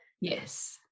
Yes